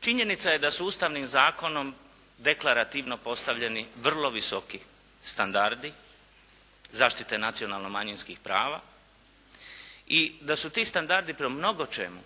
Činjenica je da su Ustavnim zakonom deklarativno postavljeni vrlo visoki standardi zaštite nacionalno manjinskih prava i da su ti standardi po mnogo čemu